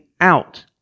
out